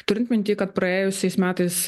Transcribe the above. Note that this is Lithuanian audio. turint minty kad praėjusiais metais